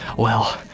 well,